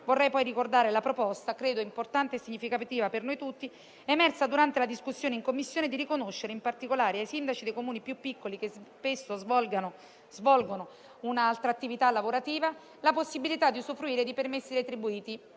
vorrei ricordare la proposta - che credo importante e significativa per noi tutti, emersa durante la discussione in Commissione - di riconoscere, in particolare ai sindaci dei Comuni più piccoli, che spesso svolgono un'altra attività lavorativa, la possibilità di usufruire di permessi retribuiti,